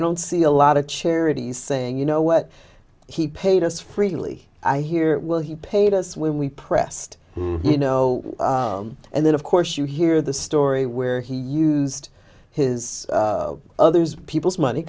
don't see a lot of charities saying you know what he paid us frequently i hear well he paid us when we pressed you know and then of course you hear the story where he used his others people's money